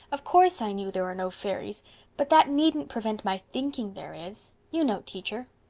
of course, i knew there are no fairies but that needn't prevent my thinking there is. you know, teacher.